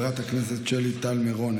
חברת הכנסת שלי טל מירון,